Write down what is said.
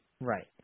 Right